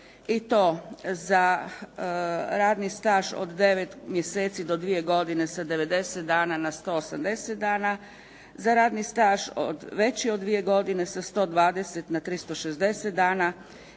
i to za radni staž od 9 mjeseci do 2 godine sa 90 dana na 180 dana, za radni staž veći od dvije godine sa 120 na 360 dana